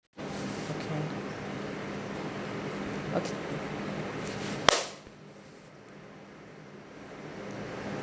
okay okay